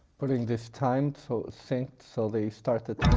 putting this time so it syncs, so they start at